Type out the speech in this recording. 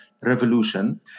revolution